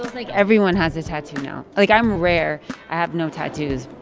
like everyone has a tattoo now. like, i'm rare. i have no tattoos.